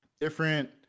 different